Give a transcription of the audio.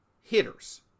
hitters